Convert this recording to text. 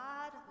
God